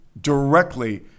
directly